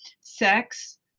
sex